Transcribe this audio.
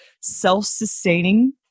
self-sustaining